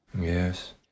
Yes